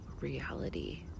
reality